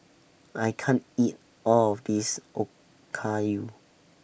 I can't eat All of This Okayu